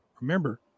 Remember